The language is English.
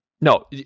No